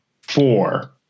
four